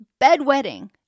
bedwetting